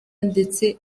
ndetse